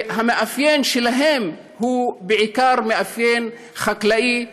והמאפיין שלהם הוא בעיקר מאפיין חקלאי,